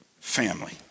family